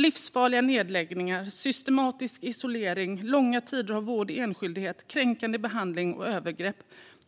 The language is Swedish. Livsfarliga nedläggningar, systematisk isolering, långa tider av vård i enskildhet, kränkande behandling och övergrepp